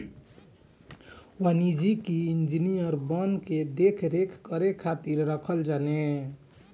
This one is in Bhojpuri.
वानिकी इंजिनियर वन के देख रेख करे खातिर रखल जाने